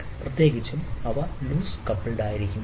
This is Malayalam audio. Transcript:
പ്രത്യേകിച്ചും അവ ലൂസ് കപ്പിൾഡ് ആയിരിക്കുമ്പോൾ